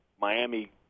Miami –